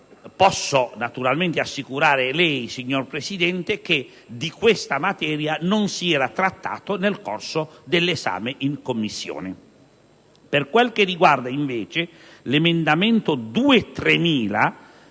Posso naturalmente assicurare lei, signor Presidente, che di questa materia non si era trattato nel corso dell'esame in Commissione. Con riferimento invece all'emendamento 2.3000,